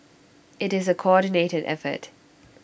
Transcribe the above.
IT is A coordinated effort